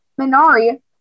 Minari